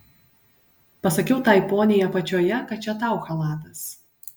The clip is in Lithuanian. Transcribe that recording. pasakiau tai poniai apačioje kad čia tau chalatas